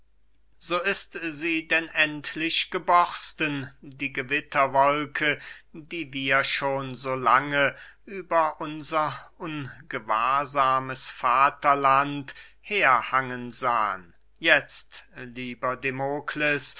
so ist sie denn endlich geborsten die gewitterwolke die wir schon so lange über unser ungewahrsames vaterland herhangen sahen jetzt lieber